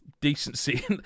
decency